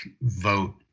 vote